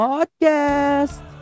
Podcast